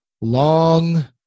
long